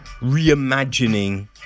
Reimagining